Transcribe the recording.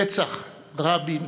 רצח רבין,